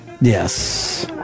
Yes